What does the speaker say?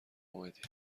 اومدی